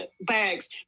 bags